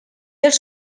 els